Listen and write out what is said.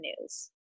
news